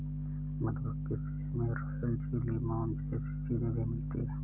मधुमक्खी से हमे रॉयल जेली, मोम जैसी चीजे भी मिलती है